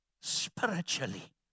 Spiritually